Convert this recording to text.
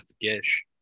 Gish